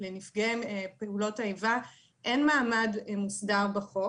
לנפגעי פעולות איבה מעמד מוסדר בחוק.